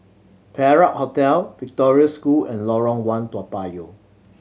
Perak Hotel Victoria School and Lorong One Toa Payoh